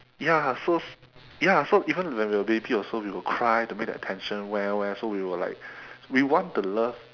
ya so ya so even when we were a baby also we will cry to make the attention well well so we will like we want the love